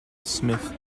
smith